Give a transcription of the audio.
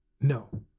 no